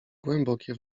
głębokie